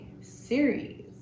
series